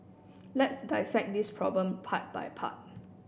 let's dissect this problem part by part